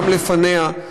גם לפניה,